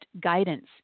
guidance